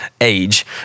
age